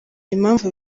impamvu